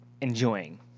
enjoying